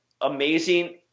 amazing